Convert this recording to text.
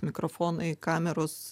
mikrofonai kameros